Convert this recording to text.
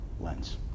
lens